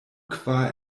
kvar